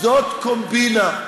זאת קומבינה.